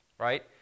right